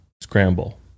scramble